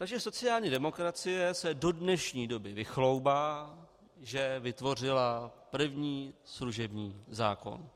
Takže sociální demokracie se do dnešní doby vychloubá, že vytvořila první služební zákon.